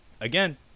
again